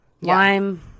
Lime